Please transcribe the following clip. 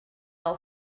all